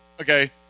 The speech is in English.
Okay